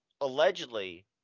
allegedly